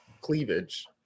cleavage